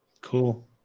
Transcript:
Cool